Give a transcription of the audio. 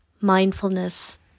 Mindfulness